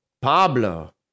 Pablo